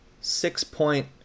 six-point